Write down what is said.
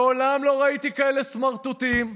מעולם לא ראיתי כאלה סמרטוטים,